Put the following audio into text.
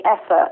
effort